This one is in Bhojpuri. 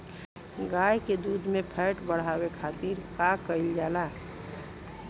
गाय के दूध में फैट बढ़ावे खातिर का कइल जाला?